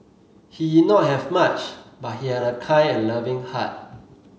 he did not have much but he had a kind and loving heart